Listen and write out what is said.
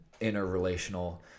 interrelational